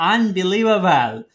Unbelievable